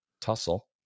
tussle